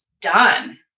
done